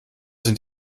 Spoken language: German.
sind